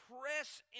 press